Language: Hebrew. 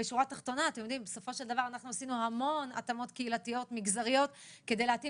ועשינו המון התאמות קהילתיות ומגזריות כדי להתאים